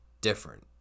different